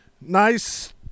Nice